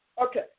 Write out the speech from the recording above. Okay